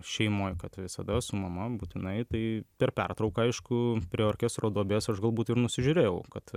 šeimoj kad visada su mama būtinai tai per pertrauką aišku prie orkestro duobės aš galbūt ir nusižiūrėjau kad